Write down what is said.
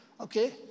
okay